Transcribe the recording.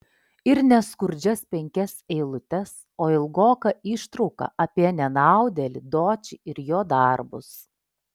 ir ne skurdžias penkias eilutes o ilgoką ištrauką apie nenaudėlį dočį ir jo darbus